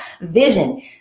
Vision